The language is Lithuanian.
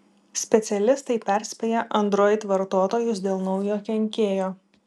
specialistai perspėja android vartotojus dėl naujo kenkėjo